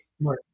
right